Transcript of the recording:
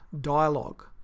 dialogue